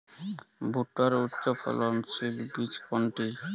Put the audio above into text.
ভূট্টার উচ্চফলনশীল বীজ কোনটি?